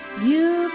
you